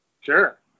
Sure